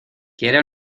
quiere